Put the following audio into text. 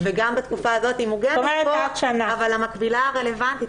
וגם בתקופה הזאת היא מוגנת אבל המקבילה הרלוונטית,